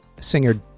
singer